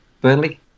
Burnley